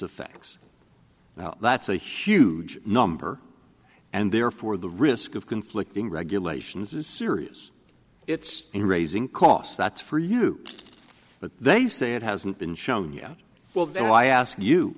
affected now that's a huge number and therefore the risk of conflicting regulations is serious it's in raising costs that's for you but they say it hasn't been shown yet well why ask you